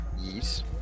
Yes